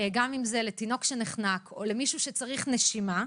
גם אם זה לתינוק שנחנק או למישהו שצריך נשימה,